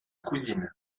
cousine